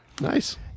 Nice